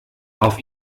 auf